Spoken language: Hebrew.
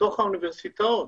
מתוך האוניברסיטאות.